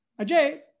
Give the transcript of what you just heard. Ajay